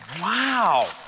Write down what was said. Wow